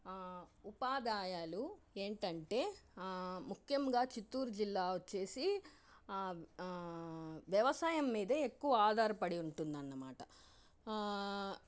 ఉపాదాయాలు ఏంటంటే ముఖ్యంగా చిత్తూరు జిల్లా వచ్చేసి వ్యవసాయం మీదే ఎక్కువ ఆధారపడి ఉంటుంది అన్నమాట